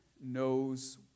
knows